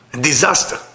Disaster